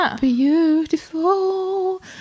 beautiful